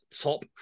top